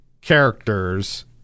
characters